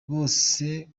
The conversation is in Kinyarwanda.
bose